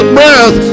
breath